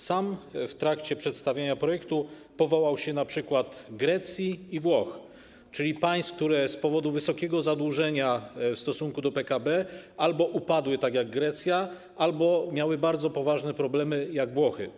Sam w trakcie przedstawiania projektu powołał się na przykład Grecji i Włoch, czyli państw, które z powodu wysokiego zadłużenia w stosunku do PKB albo upadły, tak jak Grecja, albo miały bardzo poważne problemy, jak Włochy.